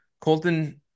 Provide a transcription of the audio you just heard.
Colton